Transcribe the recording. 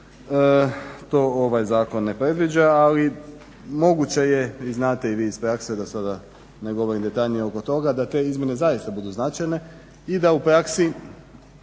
To ovaj zakon ne predviđa, ali moguće je i znate i vi iz prakse da sada ne govorim detaljnije oko toga, da te izmjene zaista budu značajne i da u praksi